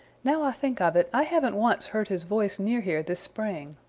now i think of it, i haven't once heard his voice near here this spring.